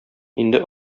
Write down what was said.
инде